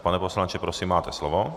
Pane poslanče, prosím, máte slovo.